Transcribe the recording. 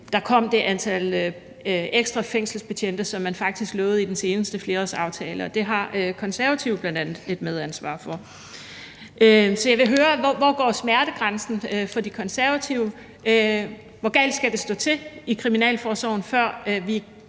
er kommet det antal ekstra fængselsbetjente, som man faktisk lovede i den seneste flerårsaftale, og det har Konservative bl.a. et medansvar for. Så jeg vil høre, hvor smertegrænsen går for De Konservative, og hvor galt det skal stå til i kriminalforsorgen, før vi